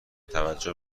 توجه